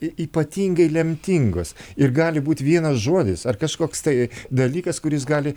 ypatingai lemtingos ir gali būt vienas žodis ar kažkoks tai dalykas kuris gali